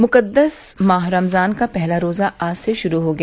मुकद्दस माह रमजान का पहला रोजा आज से शुरू हो गया